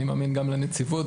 אני מאמין גם לנציבות,